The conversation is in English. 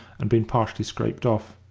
and been partially scraped off.